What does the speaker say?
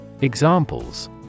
Examples